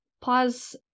pause